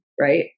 right